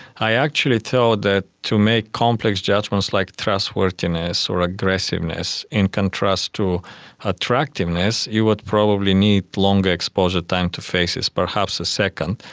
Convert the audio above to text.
i actually thought that to make complex judgements like trustworthiness or aggressiveness, in contrast to attractiveness, you would probably need a long exposure time to faces, perhaps a second.